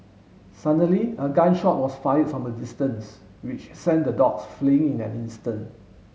suddenly a gun shot was fired from a distance which sent the dogs fleeing in an instant